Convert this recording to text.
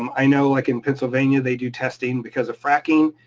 um i know like in pennsylvania, they do testing because of fracking,